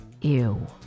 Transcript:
Ew